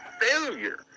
failure